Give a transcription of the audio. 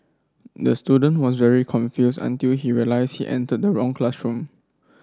the student was very confused until he realised he entered the wrong classroom